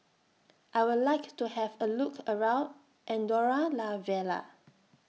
I Would like to Have A Look around Andorra La Vella